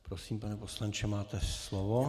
Prosím, pane poslanče, máte slovo.